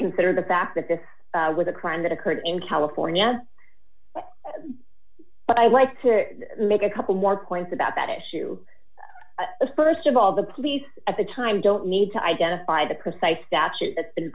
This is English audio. consider the fact that this was a crime that occurred in california but i like to make a couple more points about that issue first of all the police at the time don't need to identify the precise statute that's been